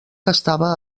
estava